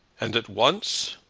and at once?